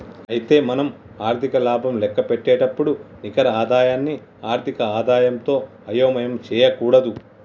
అయితే మనం ఆర్థిక లాభం లెక్కపెట్టేటప్పుడు నికర ఆదాయాన్ని ఆర్థిక ఆదాయంతో అయోమయం చేయకూడదు